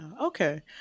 Okay